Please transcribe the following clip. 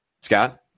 Scott